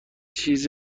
چیز